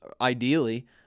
ideally